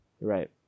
Right